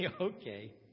Okay